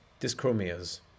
Dyschromias